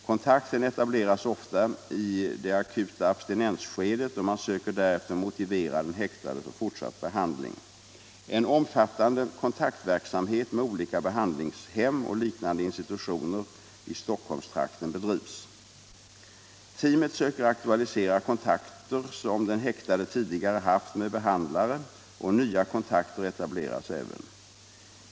Kontakten etableras ofta i det akuta abstinensskedet, och man söker därefter motivera den häktade för fortsatt behandling. En omfattande kontaktverksamhet med olika behandlingshem och liknande institutioner i Stockholmstrakten bedrivs. Teamet söker aktualisera kontakter som den häktade tidigare haft med behandlare, och nya kontakter etableras även.